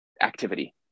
activity